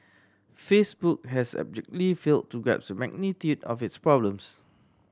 Facebook has abjectly failed to grasp the magnitude of its problems